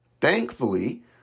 Thankfully